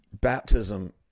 Baptism